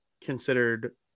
considered